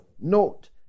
note